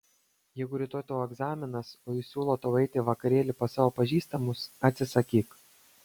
jeigu rytoj tau egzaminas o jis siūlo tau eiti į vakarėlį pas savo pažįstamus atsisakyk